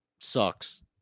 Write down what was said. sucks